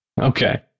Okay